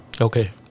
Okay